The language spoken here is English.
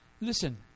Listen